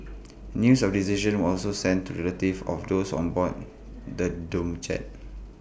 news of decision was also sent to relatives of those on board the doomed jet